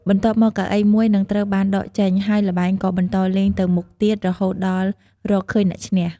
បន្ទាប់មក កៅអីមួយនឹងត្រូវបានដកចេញ ហើយល្បែងក៏បន្តលេងទៅមុខទៀត រហូតដល់រកឃើញអ្នកឈ្នះ។